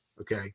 okay